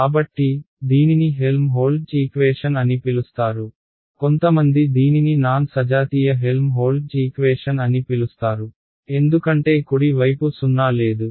కాబట్టి దీనిని Helmholtz equation అని పిలుస్తారు కొంతమంది దీనిని నాన్ సజాతీయ హెల్మ్హోల్ట్జ్ ఈక్వేషన్ అని పిలుస్తారు ఎందుకంటే కుడి వైపు సున్నా లేదు